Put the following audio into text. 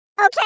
okay